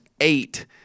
Eight